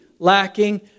Lacking